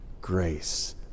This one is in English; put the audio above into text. grace